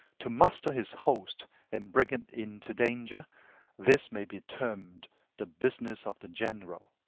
to muster his host and bring it into danger this may be termed the business of the general.